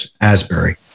Asbury